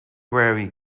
weary